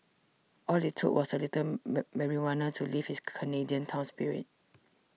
all it took was a little marijuana to lift this Canadian town's spirits